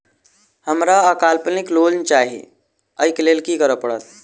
हमरा अल्पकालिक लोन चाहि अई केँ लेल की करऽ पड़त?